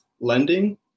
lending